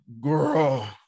girl